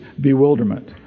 bewilderment